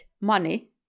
money